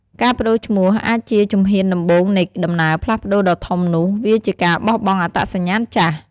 ការប្ដូរឈ្មោះអាចជាជំហានដំបូងនៃដំណើរផ្លាស់ប្ដូរដ៏ធំនោះ វាជាការបោះបង់អត្តសញ្ញាណចាស់។